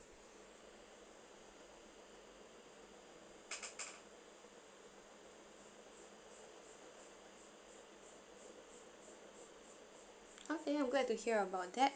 okay I'm glad to hear about that